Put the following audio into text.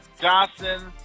Johnson